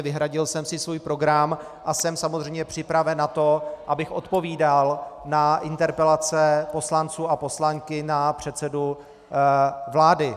Vyhradil jsem si svůj program a jsem samozřejmě připraven na to, abych odpovídal na interpelace poslanců a poslankyň na předsedu vlády.